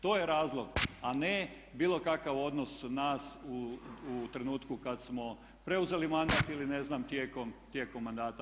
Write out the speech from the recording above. To je razlog, a ne bilo kakav odnos nas u trenutku kad smo preuzeli mandat ili ne znam tijekom mandata.